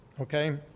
Okay